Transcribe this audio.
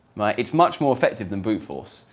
it's much more effective than brute force,